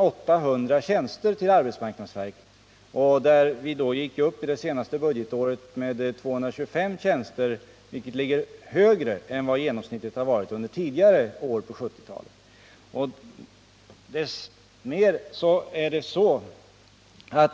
800 tjänster till arbetsmarknadsverket. Under det det senaste budgetåret skedde en ökning där med 225 tjänster, vilket är mer än genomsnittet för tidigare år ur.der 1970-talet.